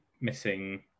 missing